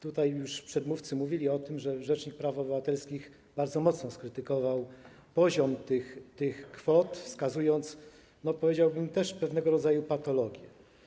Tutaj już przedmówcy mówili o tym, że rzecznik praw obywatelskich bardzo mocno skrytykował poziom tych kwot, wskazując też, powiedziałbym, pewnego rodzaju patologię.